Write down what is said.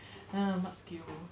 hmm what skill